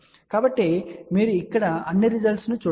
కాబట్టి మీరు ఇక్కడ అన్ని రిజల్ట్స్ ను చూడవచ్చు